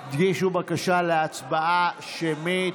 הגישו בקשה להצבעה שמית.